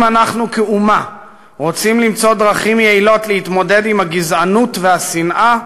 אם אנחנו כאומה רוצים למצוא דרכים יעילות להתמודד עם הגזענות והשנאה,